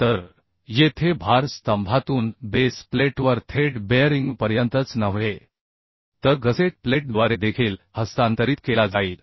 तर येथे भार स्तंभातून बेस प्लेटवर थेट बेअरिंगपर्यंतच नव्हे तर गसेट प्लेटद्वारे देखील हस्तांतरित केला जाईल